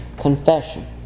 confession